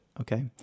Okay